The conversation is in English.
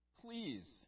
Please